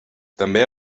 també